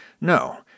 no